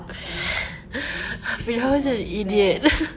firdaus is an idiot